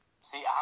See